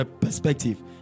perspective